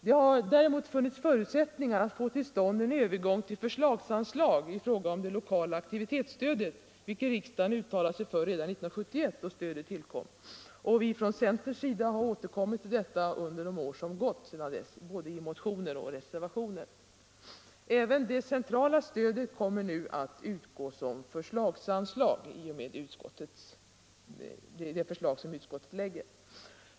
Det har däremot funnits förutsättningar att få till stånd en övergång till förslagsanslag i fråga om det lokala aktivitetsstödet, vilket riksdagen uttalat sig för redan 1971 då stödet tillkom. Vi har från centerns sida återkommit till detta i motioner och reservationer under de år som gått sedan dess. Även det centrala stödet kommer nu, i och med det förslag utskottet framlägger, att utgå som förslagsanslag.